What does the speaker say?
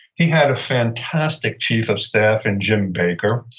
he had a fantastic chief of staff in jim baker,